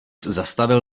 zastavil